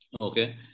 okay